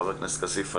חבר הכנסת כסיף,